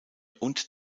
und